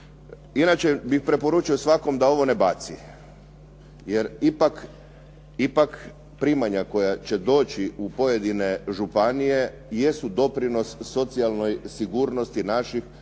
Inače bih preporučio svakome da ovo ne baci. Jer ipak primanja koja će doći u pojedine županije jesu doprinos socijalnoj sigurnosti naših